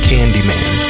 Candyman